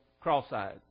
cross-eyed